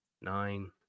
nine